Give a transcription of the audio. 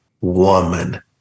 woman